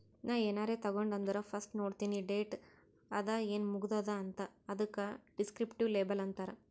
ನಾ ಏನಾರೇ ತಗೊಂಡ್ ಅಂದುರ್ ಫಸ್ಟ್ ನೋಡ್ತೀನಿ ಡೇಟ್ ಅದ ಏನ್ ಮುಗದೂದ ಅಂತ್, ಅದುಕ ದಿಸ್ಕ್ರಿಪ್ಟಿವ್ ಲೇಬಲ್ ಅಂತಾರ್